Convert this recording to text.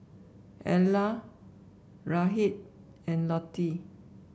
Ela Rhett and Lottie